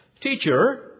Teacher